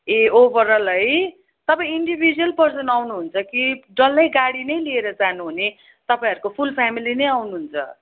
ए overall है तपाईँ individual person आउनु हुन्छ कि डल्लै गाडी नै लिएर जानु हुने तपाईँहरूको फुल फ्यामिली नै आउनु हुन्छ